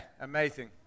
amazing